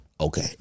Okay